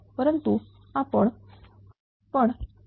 पण हा